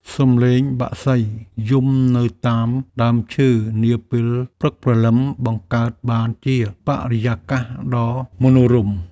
សំឡេងបក្សីយំនៅតាមដើមឈើនាពេលព្រឹកព្រលឹម បង្កើតបានជាបរិយាកាសដ៏មនោរម្យ។